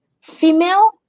female